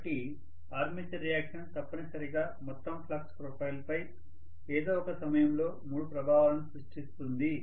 కాబట్టి armature reaction తప్పనిసరిగా మొత్తం ఫ్లక్స్ ప్రొఫైల్పై ఏదో ఒక సమయంలో మూడు ప్రభావాలను సృష్టిస్తుంది